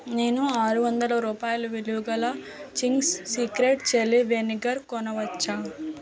నేను ఆరు వందల రూపాయలు విలువ గల చింగ్స్ సీక్రెట్ చిల్లీ వెనిగర్ కొనవచ్చా